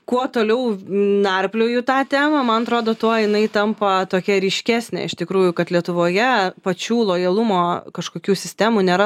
kuo toliau narplioju tą temą man atrodo tuo jinai tampa tokia ryškesnė iš tikrųjų kad lietuvoje pačių lojalumo kažkokių sistemų nėra